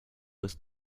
was